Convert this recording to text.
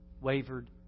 wavered